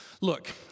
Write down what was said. Look